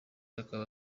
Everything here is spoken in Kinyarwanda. akaba